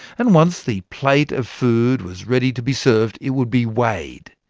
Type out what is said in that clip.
and once the plate of food was ready to be served, it would be weighed.